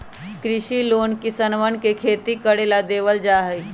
कृषि लोन किसनवन के खेती करे ला देवल जा हई